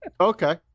Okay